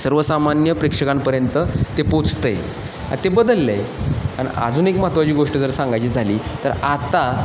सर्वसामान्य प्रेक्षकांपर्यंत ते पोचतं आहे आ ते बदललं आहे आणि अजून एक महत्त्वाची गोष्ट जर सांगायची झाली तर आता